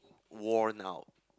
warn out